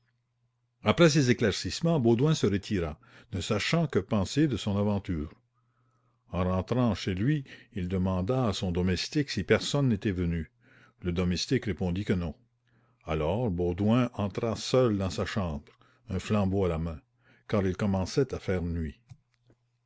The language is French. après ces éclaircissemens baudouin se retira ne sachant que penser de son aventure en rentrant chez lui il demanda à son domestique si personne n'était venu le domestique répondit que non alors baudouin entra seul dans sa chambre un flambeau à la main car il commençait à faire nuit